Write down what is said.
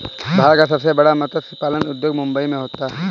भारत का सबसे बड़ा मत्स्य पालन उद्योग मुंबई मैं होता है